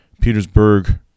Petersburg